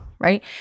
right